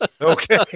Okay